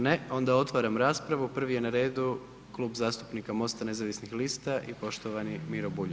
Ne, onda otvaram raspravu, prvi je na redu Klub zastupnika MOST-a nezavisnih lista i poštovani Miro Bulj.